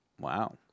Wow